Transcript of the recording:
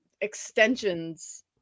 extensions